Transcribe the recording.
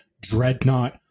Dreadnought